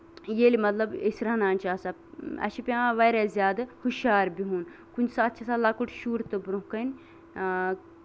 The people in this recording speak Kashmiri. ییٚلہِ مطلب أسۍ رَنان چھِ آسان اَسہِ چھُ پیوان واریاہ زیادٕ ہُشار بِہُن کُنہِ ساتہٕ چھُ آسان لۄکُٹ شُر تہِ برونہہ کَنۍ آ